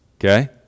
Okay